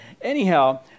anyhow